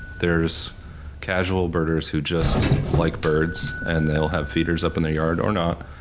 there's casual birders who just like birds and they'll have feeders up in their yard or not,